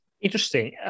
Interesting